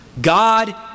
God